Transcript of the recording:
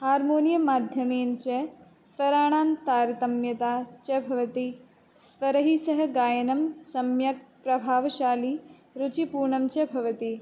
harmonium माध्यमेन च स्वराणां तारतम्यता च भवति स्वरैः सह गायनं सम्यक् प्रभावशाली रुचिपूर्णं च भवति